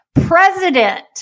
President